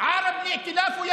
אני